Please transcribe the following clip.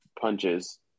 punches